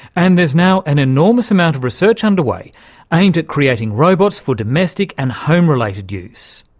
and there's now an enormous amount of research underway aimed at creating robots for domestic and home-related use.